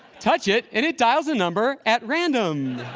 touch it and it dials a number at random.